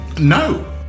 No